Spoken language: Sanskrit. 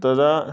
तदा